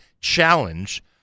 challenge